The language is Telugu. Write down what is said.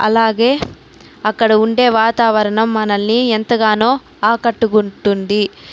అలాగే అక్కడ ఉండే వాతావరణం మనల్ని ఎంతగానో ఆకట్టుకుంటుంది